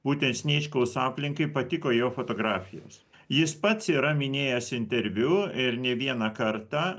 būtent sniečkaus aplinkai patiko jo fotografijos jis pats yra minėjęs interviu ir ne vieną kartą